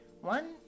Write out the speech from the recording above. One